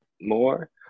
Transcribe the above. more